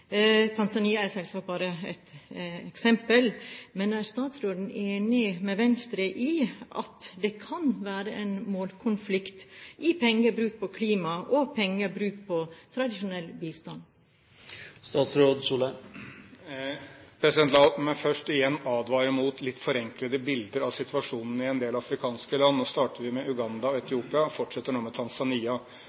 er selvsagt bare et eksempel. Er statsråden enig med Venstre i at det kan være en målkonflikt mellom pengebruk på klima og pengebruk på tradisjonell bistand? La meg først igjen advare mot litt forenklede bilder av situasjonen i en del afrikanske land. Nå startet vi med Uganda og Etiopia, og fortsetter nå med